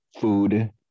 food